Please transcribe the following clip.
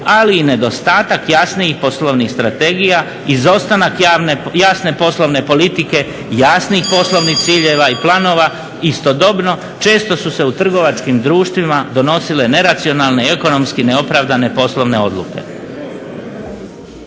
ali i nedostak jasnih i poslovnih strategija, izostanak jasne poslovne politike, jasnih poslovnih ciljeva i planova. Istodobno često su se u trgovačkim društvima donosile neracionalne, ekonomski neopravdane poslovne odluke.